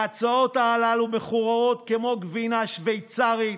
ההצעות הללו מחוררות כמו גבינה שוויצרית,